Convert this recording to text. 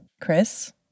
Chris